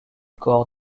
corps